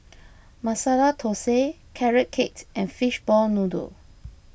Masala Thosai Carrot Cake and Fishball Noodle